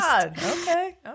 okay